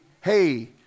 hey